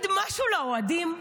להגיד משהו לאוהדים?